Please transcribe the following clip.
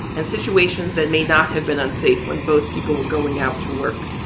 and situations that may not have been unsafe when both people were going out to work,